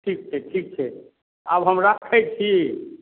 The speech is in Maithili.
ठीक छै ठीक छै आब हम राखैत छी